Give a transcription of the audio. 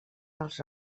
dels